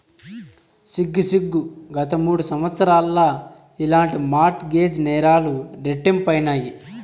సిగ్గు సిగ్గు, గత మూడు సంవత్సరాల్ల ఇలాంటి మార్ట్ గేజ్ నేరాలు రెట్టింపైనాయి